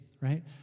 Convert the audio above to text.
right